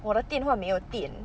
我的电话没有电